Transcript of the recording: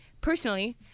Personally